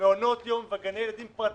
מעונות יום וגני ילדים פרטיים,